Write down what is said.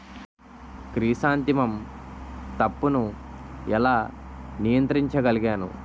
Chrysanthemum తప్పును ఎలా నియంత్రించగలను?